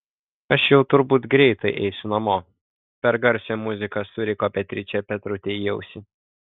aš jau turbūt greitai eisiu namo per garsią muziką suriko beatričė petrutei į ausį